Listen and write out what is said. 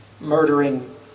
murdering